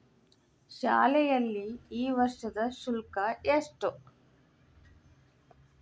ಶಾಲೆಯಲ್ಲಿ ಈ ವರ್ಷದ ಶುಲ್ಕ ಎಷ್ಟು?